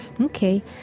okay